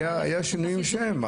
היה שינוי שם.